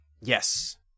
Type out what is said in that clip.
yes